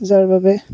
যাৰ বাবে